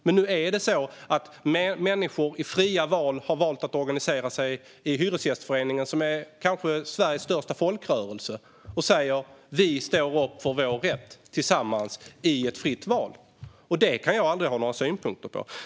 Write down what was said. Men nu är det så att människor i fria val har valt att organisera sig i Hyresgästföreningen, kanske Sveriges största folkrörelse, och de säger: Vi står upp för vår rätt tillsammans i ett fritt val. Det kan jag aldrig ha några synpunkter på.